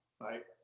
right